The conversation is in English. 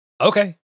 Okay